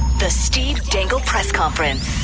the steve dangle press conference. ah,